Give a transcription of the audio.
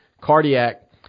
cardiac